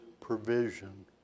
provision